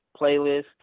playlist